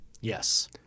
Yes